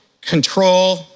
control